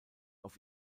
auf